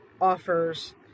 offers